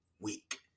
week